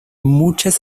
muchas